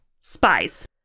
spies